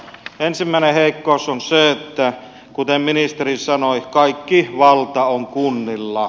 ensimmäinen heikkous on se että kuten ministeri sanoi kaikki valta on kunnilla